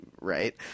Right